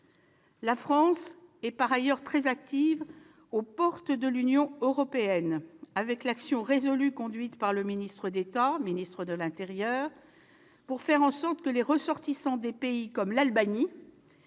La France est par ailleurs très active aux portes de l'Union européenne, grâce à l'action résolue conduite par le ministre d'État, ministre de l'intérieur, pour faire en sorte que les ressortissants de pays comme l'Albanie